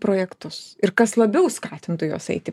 projektus ir kas labiau skatintų juos eiti